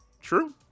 true